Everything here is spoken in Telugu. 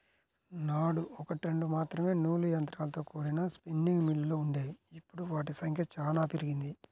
నాడు ఒకట్రెండు మాత్రమే నూలు యంత్రాలతో కూడిన స్పిన్నింగ్ మిల్లులు వుండేవి, ఇప్పుడు వాటి సంఖ్య చానా పెరిగింది